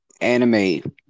anime